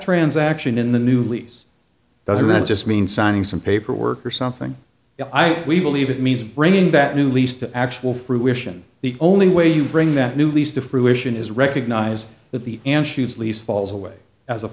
transaction in the new lease doesn't that just mean signing some paperwork or something we believe it means bringing that new lease to actual fruition the only way you bring that new lease to fruition is recognize that the and shoots lease falls away as a